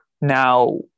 Now